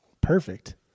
perfect